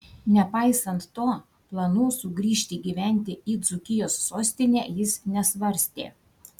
nepaisant to planų sugrįžti gyventi į dzūkijos sostinę jis nesvarstė